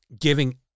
giving